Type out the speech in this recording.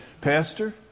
Pastor